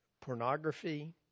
pornography